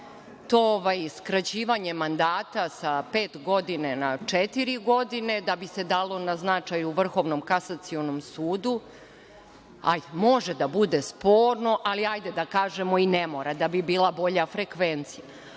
skraćivanje mandata sa pet godina na četiri godine da bi se dalo na značaju Vrhovnom kasacionom sudu, može da bude sporno, ali ajde da kažemo ne mora, da bi bila bolja frekvencija,